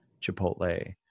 Chipotle